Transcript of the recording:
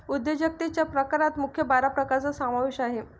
उद्योजकतेच्या प्रकारात मुख्य बारा प्रकारांचा समावेश आहे